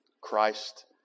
Christ